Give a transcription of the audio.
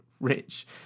rich